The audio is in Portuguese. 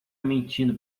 mentindo